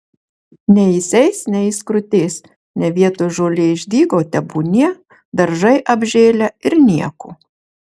nei jis eis nei jis krutės ne vietoj žolė išdygo tebūnie daržai apžėlę ir nieko